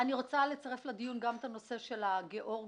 אני רוצה לצרף לדיון גם את הנושא של הגאורגים